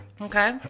Okay